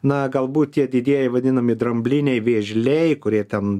na galbūt tie didieji vadinami drambliniai vėžliai kurie ten